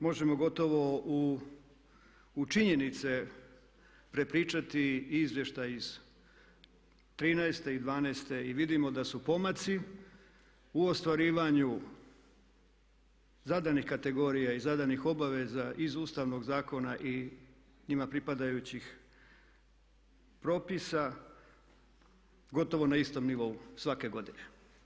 Možemo gotovo u činjenice prepričati i izvještaj iz '13.-te i '12.-te i vidimo da su pomaci u ostvarivanju zadanih kategorija i zadanih obaveza iz ustavnog zakona i njima pripadajući propisa gotovo na istom nivou svake godine.